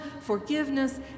forgiveness